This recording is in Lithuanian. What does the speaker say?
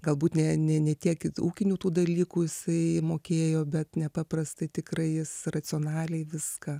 galbūt ne ne ne tiek ūkinių tų dalykų jisai mokėjo bet nepaprastai tikrai jis racionaliai viską